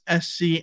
SC